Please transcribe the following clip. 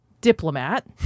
diplomat